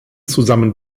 zusammen